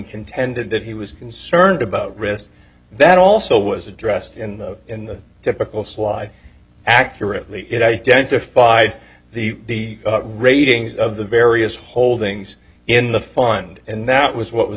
contended that he was concerned about risk that also was addressed in the in the typical slide accurately it identified the ratings of the various holdings in the fund and that was what was